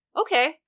okay